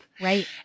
Right